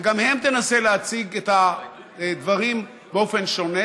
וגם הן תנסינה להציג את הדברים באופן שונה,